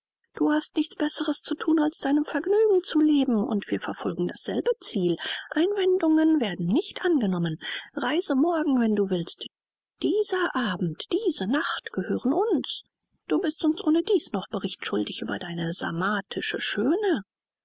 du hast nichts besseres zu thun als deinem vergnügen zu leben und wir verfolgen dasselbe ziel einwendungen werden nicht angenommen reise morgen wenn du willst dieser abend diese nacht gehören uns du bist uns ohnedieß noch bericht schuldig über deine sarmatische schöne